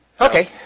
Okay